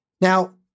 Now